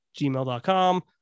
gmail.com